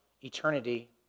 eternity